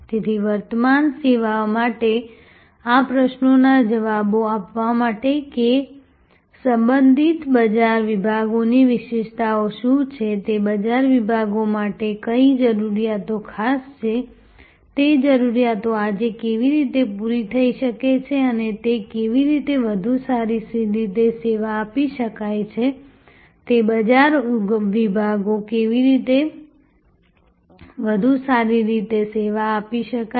તેથી વર્તમાન સેવા માટે આ પ્રશ્નોના જવાબો આપવા માટે કે સંબોધિત બજાર વિભાગોની વિશેષતાઓ શું છે તે બજાર વિભાગો માટે કઈ જરૂરિયાતો ખાસ છે તે જરૂરિયાતો આજે કેવી રીતે પૂરી થઈ રહી છે અને તે કેવી રીતે વધુ સારી રીતે સેવા આપી શકાય છે તે બજાર વિભાગો કેવી રીતે વધુ સારી રીતે સેવા આપી શકાય